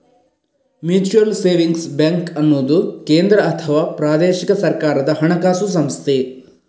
mutual savings bank ಅನ್ನುದು ಕೇಂದ್ರ ಅಥವಾ ಪ್ರಾದೇಶಿಕ ಸರ್ಕಾರದ ಹಣಕಾಸು ಸಂಸ್ಥೆ